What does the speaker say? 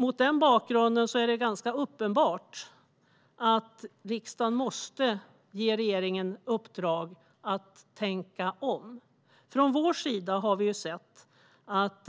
Mot denna bakgrund är det uppenbart att riksdagen måste ge regeringen i uppdrag att tänka om. Från vår sida har vi sett att